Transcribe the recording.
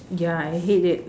ya I hate it